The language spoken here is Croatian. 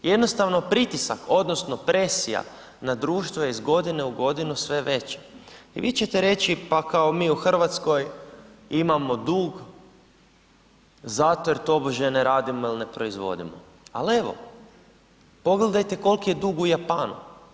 Jednostavno pritisak odnosno presija na društvo je iz godine u godinu sve veća i vi ćete reći, pa kao mi u Hrvatskoj imamo dug zato jer tobože ne radimo ili ne proizvodimo, ali evo, pogledajte koliki je dug u Japanu.